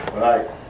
Right